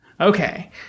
Okay